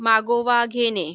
मागोवा घेणे